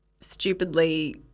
stupidly